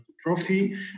trophy